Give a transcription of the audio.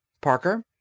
Parker